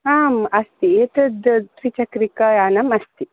आम् अस्ति एतत् त्रिचक्रिकायानम् अस्ति